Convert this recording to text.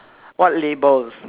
what labels